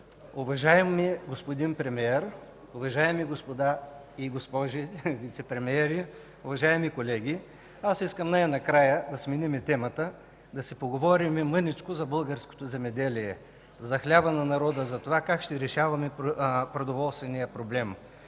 уважаеми господин Премиер, уважаеми госпожи и господа вицепремиери, уважаеми колеги! Аз искам най-накрая да сменим темата, да си поговорим мъничко за българското земеделие, за хляба на народа, за това как ще решаваме продоволствения проблем.